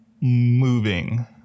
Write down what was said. moving